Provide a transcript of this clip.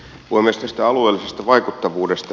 tästä alueellisesta vaikuttavuudesta